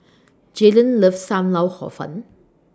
Jalon loves SAM Lau Hor Fun